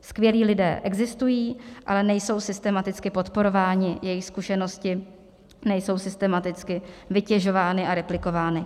Skvělí lidé existují, ale nejsou systematicky podporováni, jejich zkušenosti nejsou systematicky vytěžovány a replikovány.